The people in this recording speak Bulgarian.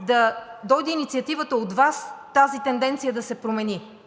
да дойде инициативата от Вас тази тенденция да се промени.